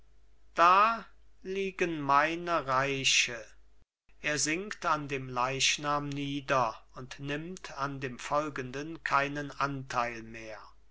da liegen meine reiche er sinkt an dem leichnam nieder und nimmt an dem folgenden keinen anteil mehr